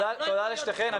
תודה לשתיכן.